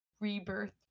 rebirth